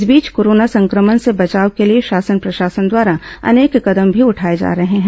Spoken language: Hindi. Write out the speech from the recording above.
इस बीच कोरोना संक्रमण से बचाव के लिए शासन प्रशासन द्वारा अनेक कदम भी उठाए जा रहे हैं